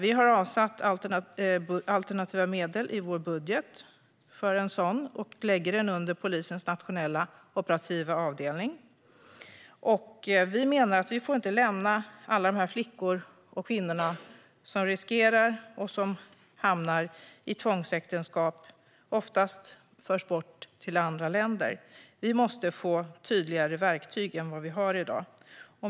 Vi har avsatt alternativa medel i vår budget för en sådan och lägger den under polisens nationella operativa avdelning. Vi menar att vi inte får lämna alla dessa flickor och kvinnor som riskerar att hamna i tvångsäktenskap. De förs ofta bort till andra länder. Vi måste få tydligare verktyg än vi har i dag.